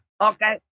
Okay